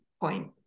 point